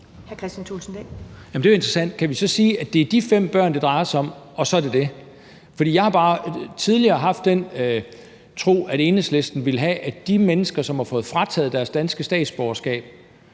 Det er jo interessant. Kan vi så sige, at det er de fem børn, det drejer sig om, og så er det det? For jeg har bare tidligere haft den tro, at Enhedslisten ville have, at de mennesker, altså de voksne, de fremmedkrigere, som har fået frataget deres danske statsborgerskab